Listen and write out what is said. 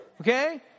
Okay